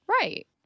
Right